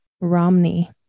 Romney